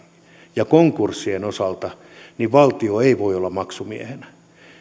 ja konkurssien osalta valtio ei voi olla maksumiehenä